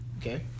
Okay